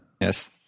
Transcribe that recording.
Yes